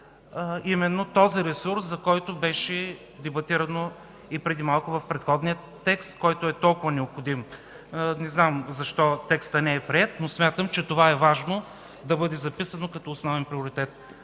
именно този ресурс, за който беше дебатирано и преди малко в предходния текст, който е толкова необходим. Не знам защо текстът не е приет, но смятам, че това е важно да бъде записано като основен приоритет